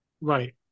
right